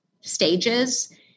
stages